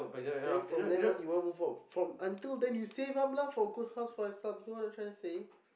then from then on you want move out from until then you save up lah for good house for yourself you know what I'm trying to say